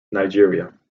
nigeria